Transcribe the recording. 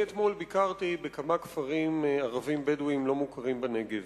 אתמול ביקרתי בכמה כפרים ערביים בדואיים לא מוכרים בנגב.